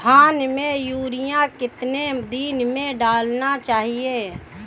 धान में यूरिया कितने दिन में डालना चाहिए?